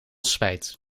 spijt